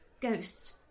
Ghosts